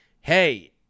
Hey